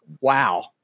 wow